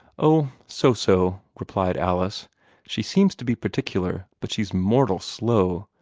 oh, so-so, replied alice she seems to be particular, but she's mortal slow.